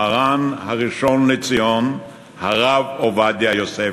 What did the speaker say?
מרן הראשון לציון הרב עובדיה יוסף,